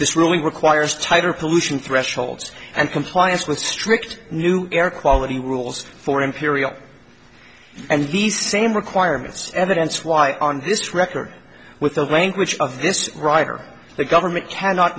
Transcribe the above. this really requires tighter pollution thresholds and compliance with strict new air quality rules for imperial and these same requirements evidence why on this record with the language of this writer the government cannot